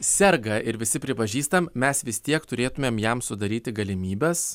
serga ir visi pripažįstam mes vis tiek turėtumėm jam sudaryti galimybes